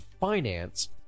finance